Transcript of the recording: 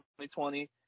2020